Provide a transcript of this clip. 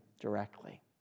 directly